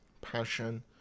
passion